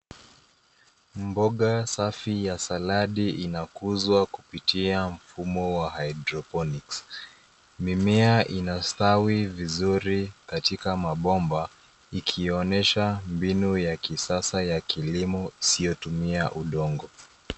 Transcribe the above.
Mboga safi ya saladi inakuzwa kupitia mfumo wa hydroponics . Mimea inastawi vizuri katika mabomba, ikionyesha mbinu ya kisasa ya kilimo isiyotumia udongo.